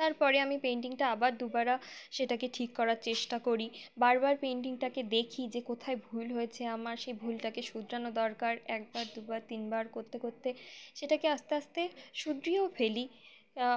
তারপরে আমি পেন্টিংটা আবার দুবারা সেটাকে ঠিক করার চেষ্টা করি বারবার পেন্টিংটাকে দেখি যে কোথায় ভুল হয়েছে আমার সেই ভুলটাকে শুধরানো দরকার একবার দুবার তিনবার করতে করতে সেটাকে আস্তে আস্তে সুধরিয়েও ফেলি